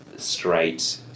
straight